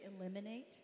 eliminate